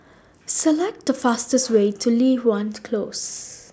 Select The fastest Way to Li Hwan Close